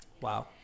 Wow